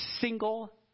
single